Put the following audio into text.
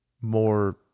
more